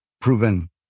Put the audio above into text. proven